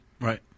Right